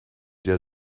der